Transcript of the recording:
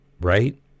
right